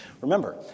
Remember